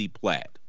Platt